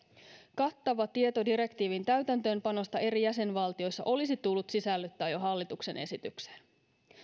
kattava tieto direktiivin täytäntöönpanosta eri jäsenvaltioissa olisi tullut sisällyttää jo hallituksen esitykseen